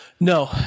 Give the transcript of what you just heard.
No